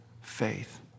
faith